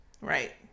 right